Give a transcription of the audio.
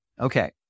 Okay